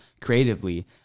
creatively